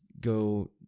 go